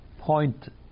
point